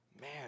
man